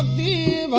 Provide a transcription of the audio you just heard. the